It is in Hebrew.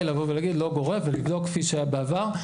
לבוא להגיד לא גורף ולא כפי שהיה בעבר.